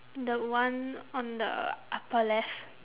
the one on the upper left